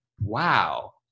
Wow